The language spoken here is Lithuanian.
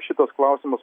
šitas klausimas